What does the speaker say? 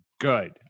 good